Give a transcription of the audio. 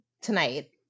tonight